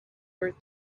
worth